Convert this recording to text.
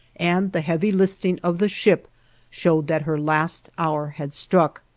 and the heavy listing of the ship showed that her last hour had struck.